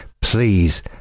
Please